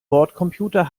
bordcomputer